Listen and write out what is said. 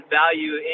value